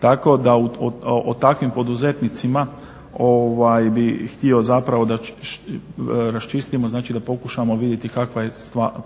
Tako da o takvim poduzetnicima bih htio zapravo da raščistimo, znači da pokušamo vidjeti kakva je